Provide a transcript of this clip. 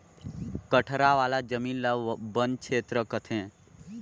कठरा वाला जमीन ल बन छेत्र कहथें